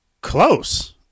Close